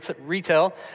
retail